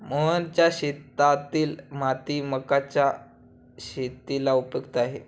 मोहनच्या शेतातील माती मक्याच्या शेतीला उपयुक्त आहे